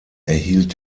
erhielt